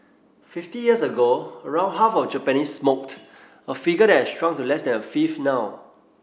fifty years ago around half of Japanese smoked a figure that has shrunk to less than a fifth now